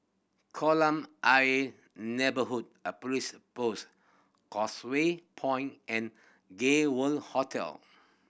Kolam Ayer Neighbourhood a Police Post Causeway Point and Gay World Hotel